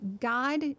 God